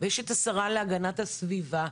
ויש את השרה להגנת הסביבה,